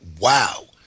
wow